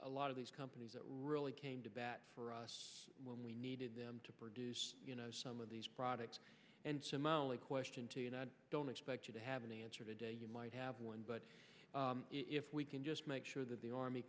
a lot of these companies that really came to bat for us when we needed them to produce some of these products and so my only question to you and i don't expect you to have an answer today you might have one but if we can just make sure that the army